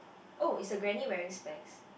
oh is the granny wearing specs